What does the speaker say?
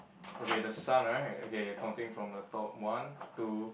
okay the sun right okay counting from the top one two